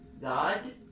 God